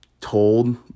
told